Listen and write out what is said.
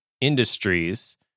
industries